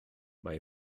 mae